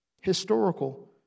Historical